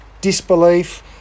disbelief